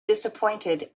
disappointed